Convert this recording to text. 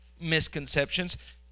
misconceptions